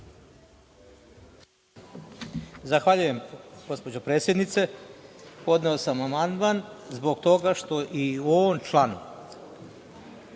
Zahvaljujem, gospođo predsednice. Podneo sam amandman zbog toga što i u ovom članu